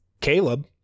caleb